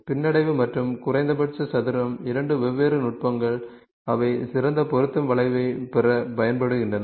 பின்னடைவு மற்றும் குறைந்தபட்ச சதுரம் இரண்டு வெவ்வேறு நுட்பங்கள் அவை சிறந்த பொருந்தும் வளைவைப் பெறப் பயன்படுகின்றன